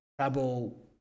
trouble